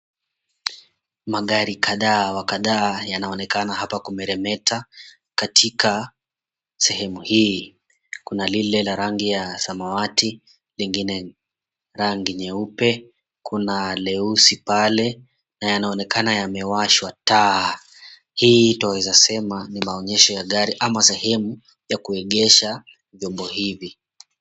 Magari kadhaa wa kadhaa yanaonekana hapa kumeremeta katika sehemu hii. 𝐾una lile la rangi ya 𝑠𝑎𝑚𝑎𝑤𝑎𝑡𝑖, lingine rangi 𝑛𝑦𝑒𝑢𝑝𝑒, kuna leusi pale na yanaonekana yamewashwa 𝑡𝑎𝑎. 𝐻ii twa𝑤𝑒za sema ni maonyesho ya gari ama sehemu ya kuegesha vyombo hivi.